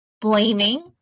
blaming